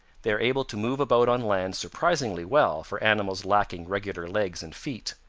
they are able to move about on land surprisingly well for animals lacking regular legs and feet,